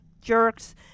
jerks